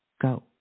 go